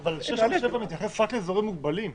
אבל 6 ו-7 מתייחס רק לאזורים מוגבלים.